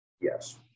Yes